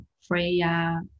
Freya